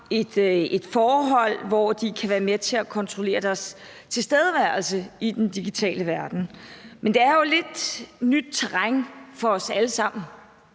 har forhold, hvor de kan være med til at kontrollere deres tilstedeværelse i den digitale verden. Men det er lidt nyt terræn for os alle sammen,